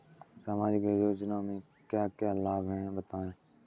सामाजिक योजना से क्या क्या लाभ हैं बताएँ?